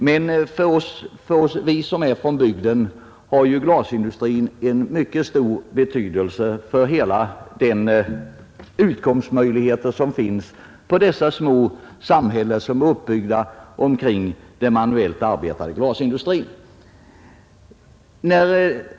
Men vi som är från bygden vet att glasindustrin har mycket stor betydelse för de utkomstmöjligheter som finns i de små samhällen som är uppbyggda kring den manuellt arbetande glasindustrin.